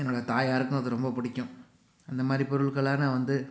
என்னோட தாயாருக்கும் அது ரொம்ப பிடிக்கும் அந்த மாதிரி பொருட்களாம் நான் வந்து